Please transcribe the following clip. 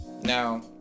Now